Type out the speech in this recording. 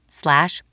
slash